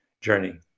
journey